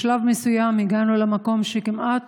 בשלב מסוים הגענו למקום שכמעט